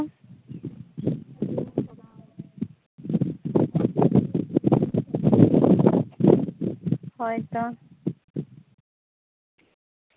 ᱦᱳᱭ ᱛᱚ